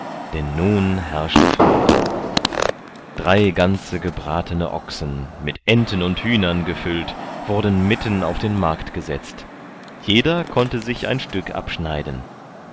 denn nun herrschte freude drei ganze gebratene ochsen mit enten und hühnern gefüllt wurden mitten auf den markt gesetzt jeder konnte sich ein stück abschneiden